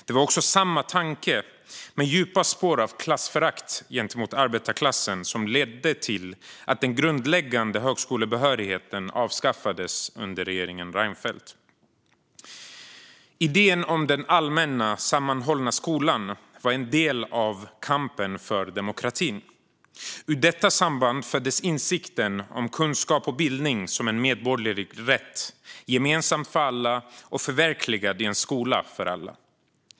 Det var också samma tanke, med djupa spår av klassförakt gentemot arbetarklassen, som ledde till att den grundläggande högskolebehörigheten avskaffades under regeringen Reinfeldt. Idén om den allmänna sammanhållna skolan var en del av kampen för demokratin. Ur detta samband föddes insikten om kunskap och bildning som en medborgerlig rätt, gemensam för alla och förverkligad i en skola för alla.